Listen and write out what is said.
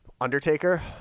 Undertaker